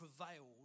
prevailed